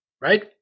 right